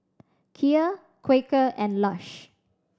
Kia Quaker and Lush